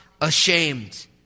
ashamed